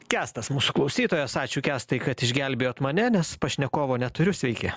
kęstas mūsų klausytojas ačiū kęstai kad išgelbėjot mane nes pašnekovo neturiu sveiki